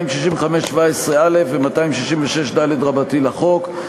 265(17א) ו-266ד לחוק,